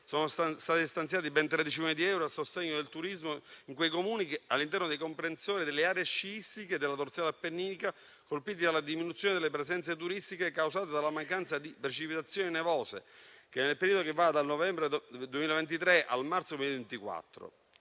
Sono stati stanziati ben 13 milioni di euro a sostegno del turismo dei Comuni situati all'interno dei comprensori delle aree sciistiche della dorsale appenninica colpiti dalla diminuzione delle presenze turistiche causata dalla mancanza di precipitazioni nevose nel periodo dal novembre 2023 al marzo 2024.